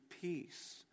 peace